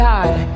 God